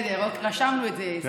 באתי במיוחד, שמחה, רשמנו את זה.